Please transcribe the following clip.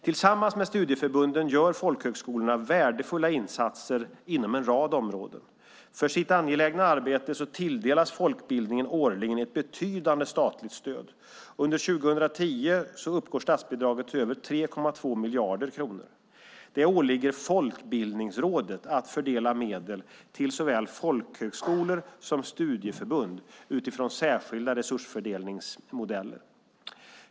Tillsammans med studieförbunden gör folkhögskolorna värdefulla insatser inom en rad områden. För sitt angelägna arbete tilldelas folkbildningen årligen ett betydande statligt stöd. Under år 2010 uppgår statsbidraget till över 3,2 miljarder kronor. Det åligger Folkbildningsrådet att fördela medel till såväl folkhögskolor som studieförbund utifrån särskilda resursfördelningsmodeller.